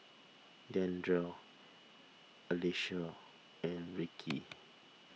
Dandre Alecia and Ricki